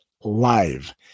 live